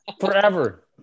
Forever